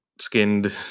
skinned